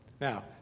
Now